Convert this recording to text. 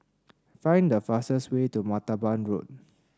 find the fastest way to Martaban Road